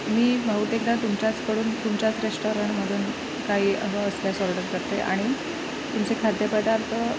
मी बहुतेकदा तुमच्याचकडून तुमच्याच रेस्टॉरंटमधून काही हवं असल्यास ऑर्डर करते आणि तुमचे खाद्यपदार्थ